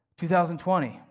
2020